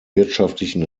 wirtschaftlichen